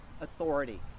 authority